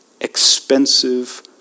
expensive